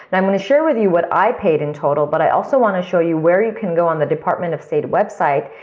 and i'm going to share with you what i paid in total, but i also want to show you where you can go on the department of state website,